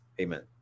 Amen